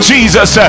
Jesus